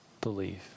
believe